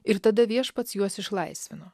ir tada viešpats juos išlaisvino